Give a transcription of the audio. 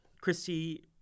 Christy